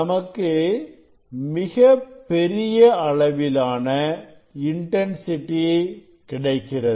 நமக்கு மிகப் பெரிய அளவிலான இன்டன்சிட்டி கிடைக்கிறது